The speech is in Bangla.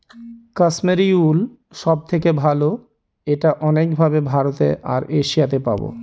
কাশ্মিরী উল সব থেকে ভালো এটা অনেক ভাবে ভারতে আর এশিয়াতে পাবো